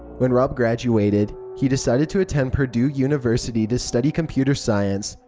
when rob graduated, he decided to attend purdue university to study computer science.